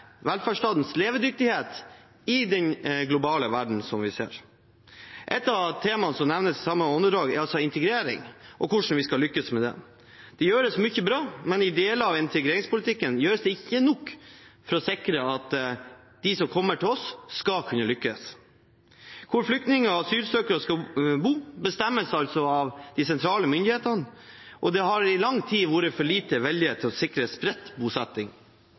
velferdsstatens levedyktighet i den globale verden som vi ser. Et av temaene som nevnes i samme åndedrag, er integrering og hvordan vi skal lykkes med det. Det gjøres mye bra, men i deler av integreringspolitikken gjøres det ikke nok for å sikre at de som kommer til oss, skal kunne lykkes. Hvor flyktninger og asylsøkere skal bo, bestemmes av sentrale myndigheter, og det har i lang tid vært for lite vilje til å sikre spredt bosetting.